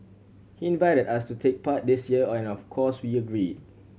he invited us to take part this year and of course we agreed